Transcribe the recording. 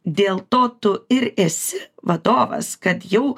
dėl to tu ir esi vadovas kad jau